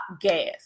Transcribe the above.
gas